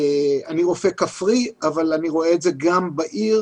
אני רופא כפרי, אבל אני רואה את זה גם בעיר.